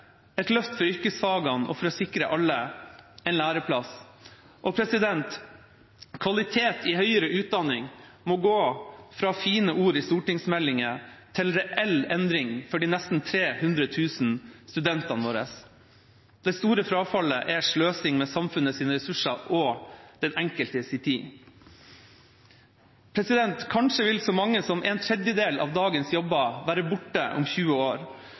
et løft for yrkesfagene, og for å sikre alle en læreplass. Kvalitet i høyere utdanning må gå fra fine ord i stortingsmeldinger til reell endring for de nesten 300 000 studentene våre. Det store frafallet er sløsing med samfunnets ressurser og den enkeltes tid. Kanskje vil så mange som en tredjedel av dagens jobber være borte om 20 år.